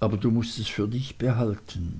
aber du mußt es für dich behalten